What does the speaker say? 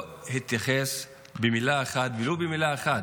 לא התייחס ולו במילה אחת.